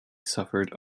suffered